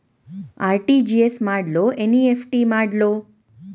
RTGS ಮಾಡ್ಲೊ NEFT ಮಾಡ್ಲೊ?